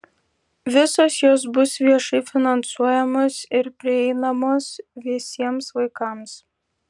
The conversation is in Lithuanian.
visos jos bus viešai finansuojamos ir prieinamos visiems vaikams